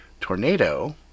tornado